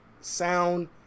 sound